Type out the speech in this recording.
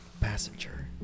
passenger